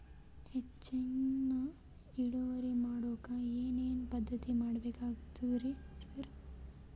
ಹೆಚ್ಚಿನ್ ಇಳುವರಿ ಮಾಡೋಕ್ ಏನ್ ಏನ್ ಪದ್ಧತಿ ಮಾಡಬೇಕಾಗ್ತದ್ರಿ ಸರ್?